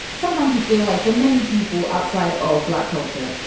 sometimes you feel like for many people outside of black culture,